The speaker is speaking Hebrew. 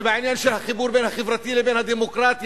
ובעניין של החיבור בין המאבק החברתי לבין הדמוקרטיה,